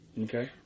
Okay